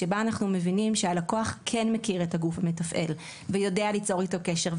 שבה אנחנו מבינים שהלקוח כן מכיר את הגוף המתפעל ויודע ליצור איתו קשר.